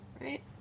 Right